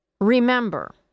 Remember